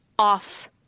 off